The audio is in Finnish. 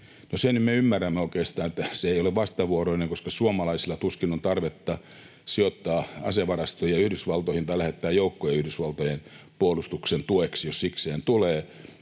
ymmärrämme, että se ei ole vastavuoroinen, koska suomalaisilla tuskin on tarvetta sijoittaa asevarastoja Yhdysvaltoihin tai lähettää joukkoja Yhdysvaltojen puolustuksen tueksi, jos sikseen tulee.